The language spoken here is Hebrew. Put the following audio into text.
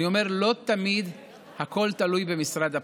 אני אומר, לא תמיד הכול תלוי במשרד הפנים.